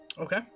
Okay